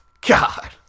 God